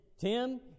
Tim